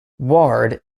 ward